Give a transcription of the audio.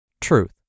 Truth